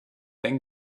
then